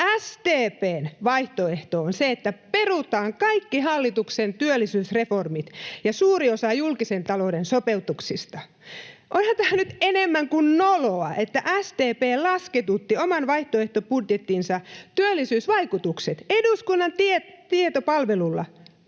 SDP:n vaihtoehto on se, että perutaan kaikki hallituksen työllisyysreformit ja suuri osa julkisen talouden sopeutuksista. Onhan tämä nyt enemmän kuin noloa, että SDP lasketutti oman vaihtoehtobudjettinsa työllisyysvaikutukset eduskunnan tietopalvelulla, mutta te